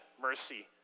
mercy